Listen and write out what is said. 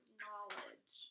knowledge